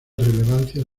relevancia